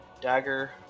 dagger